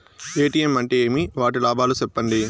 ATM అంటే ఏమి? వాటి లాభాలు సెప్పండి?